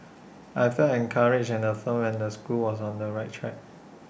I felt encouraged and affirmed and the school was on the right track